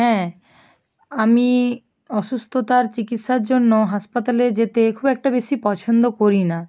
হ্যাঁ আমি অসুস্থতার চিকিৎসার জন্য হাসপাতালে যেতে খুব একটা বেশি পছন্দ করি না